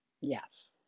yes